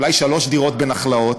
אולי שלוש דירות בנחלאות,